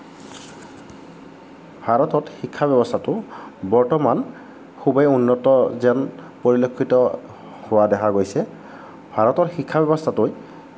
ভাৰতত শিক্ষাব্যৱস্থাটো বৰ্তমান খুবেই উন্নত যেন পৰিলক্ষিত হোৱা দেখা গৈছে ভাৰতৰ শিক্ষাব্যৱস্থাটো